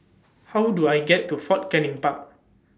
How Do I get to Fort Canning Park